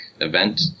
event